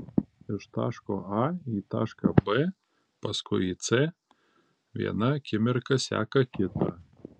iš taško a į tašką b paskui į c viena akimirka seka kitą